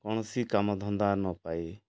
କୌଣସି କାମଧନ୍ଦା ନ ପାଇ